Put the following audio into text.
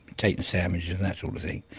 taken the sandwiches and that sort of thing.